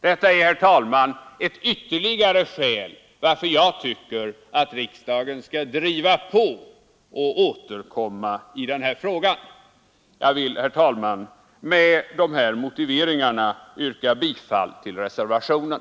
Detta är ytterligare ett skäl varför jag tycker att riksdagen skall driva på och återkomma i denna fråga. Herr talman! Med dessa motiveringar vill jag yrka bifall till reservationen.